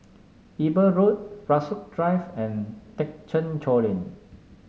Eber Road Rasok Drive and Thekchen Choling